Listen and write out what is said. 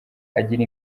agira